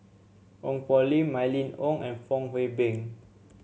Ong Poh Lim Mylene Ong and Fong Hoe Beng